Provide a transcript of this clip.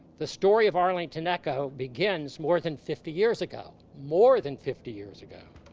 the story of arlington echo begins more than fifty years ago, more than fifty years ago.